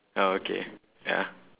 oh okay ya